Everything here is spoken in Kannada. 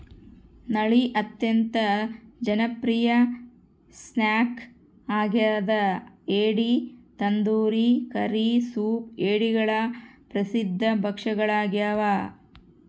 ನಳ್ಳಿ ಅತ್ಯಂತ ಜನಪ್ರಿಯ ಸ್ನ್ಯಾಕ್ ಆಗ್ಯದ ಏಡಿ ತಂದೂರಿ ಕರಿ ಸೂಪ್ ಏಡಿಗಳ ಪ್ರಸಿದ್ಧ ಭಕ್ಷ್ಯಗಳಾಗ್ಯವ